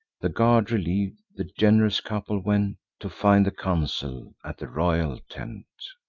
the guard reliev'd, the gen'rous couple went to find the council at the royal tent.